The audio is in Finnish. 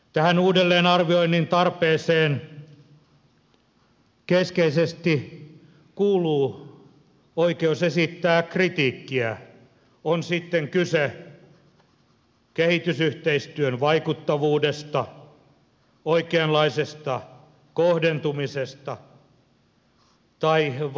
tähän uudelleenarvioinnin tarpeeseen keskeisesti kuuluu oikeus esittää kritiikkiä on sitten kyse kehitysyhteistyön vaikuttavuudesta oikeanlaisesta kohdentumisesta tai vaikkapa korruptiosta